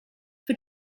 for